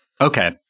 Okay